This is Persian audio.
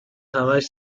همهاش